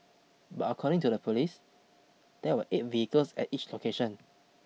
but according to the police there were eight vehicles at each location